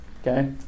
okay